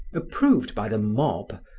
approved by the mob,